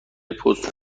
پست